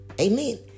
Amen